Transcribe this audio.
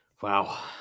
Wow